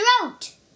throat